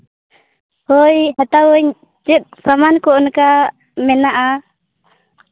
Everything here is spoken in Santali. ᱦᱳᱭ ᱦᱟᱛᱟᱣᱟᱹᱧ ᱪᱮᱫ ᱥᱟᱢᱟᱱ ᱠᱚ ᱚᱱᱠᱟ ᱢᱮᱱᱟᱜᱼᱟ